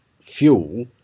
fuel